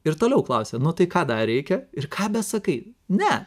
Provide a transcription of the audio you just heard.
ir toliau klausia nu tai ką dar reikia ir ką sakai ne